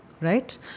Right